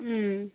अँ